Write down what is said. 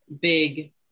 big